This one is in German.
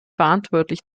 verantwortlich